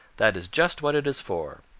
that is just what it is for.